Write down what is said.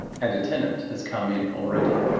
and a tenant has come in already.